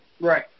Right